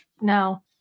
No